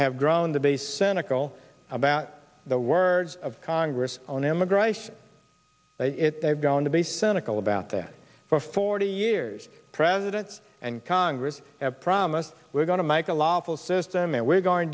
have grown to be cynical about the words of congress on immigration it going to be cynical about this for forty years presidents and congress promise we're going to make a lawful system and we're going to